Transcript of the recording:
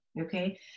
Okay